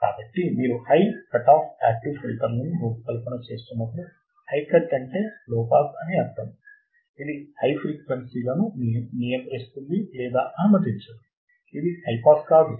కాబట్టి మీరు high cutoff active ఫిల్టర్లను రూపకల్పన చేస్తున్నప్పుడు హై కట్ అంటే లో పాస్ అని అర్ధం ఇది హై ఫ్రీక్వెన్సీ లను నియంత్రిస్తుంది లేదా అనుమతించదు ఇది హై పాస్ కాదు